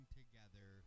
together